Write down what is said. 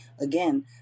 again